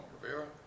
Rivera